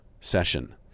session